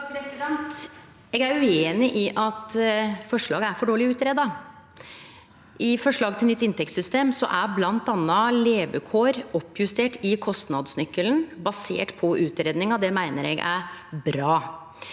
Eg er ueinig i at forslag- et er for dårleg greitt ut. I forslaget til nytt inntektssystem er bl.a. levekår oppjustert i kostnadsnøkkelen, basert på utgreiinga, og det meiner eg er bra.